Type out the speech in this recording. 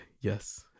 Yes